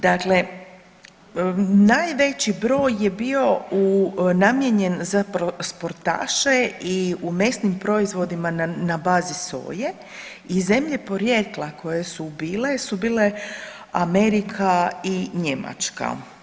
Dakle, najveći broj je bio namijenjen za sportaše i u mesnim proizvodima na bazi soje i zemlje porijekla koje su bile su bile Amerika i Njemačka.